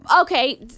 Okay